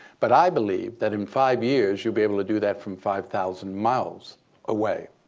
but i believe that in five years, you'll be able to do that from five thousand miles away.